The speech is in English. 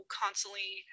constantly